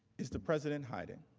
is the president hiding?